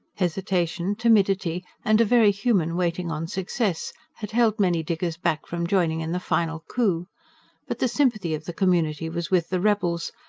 hesitation, timidity, and a very human waiting on success had held many diggers back from joining in the final coup but the sympathy of the community was with the rebels,